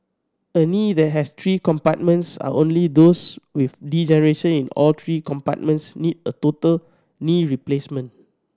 a knee that has three compartments and only those with degeneration in all three compartments need a total knee replacement